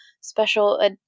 special